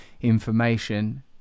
information